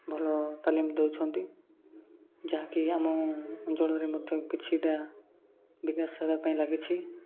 ଭଲ ତାଲିମ ଦେଉଛନ୍ତି ଯାହାକି ଆମ ଅଞ୍ଚଳରେ ମଧ୍ୟ କିଛିଟା ବିକାଶ ହେବା ପାଇଁ ଲାଗିଛି